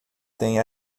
tem